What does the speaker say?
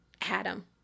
Adam